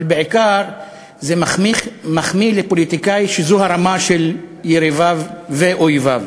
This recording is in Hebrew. אבל בעיקר זה מחמיא לפוליטיקאי שזו הרמה של יריביו ואויביו.